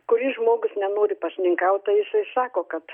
kuris žmogus nenori pasninkauti tai jisai sako kad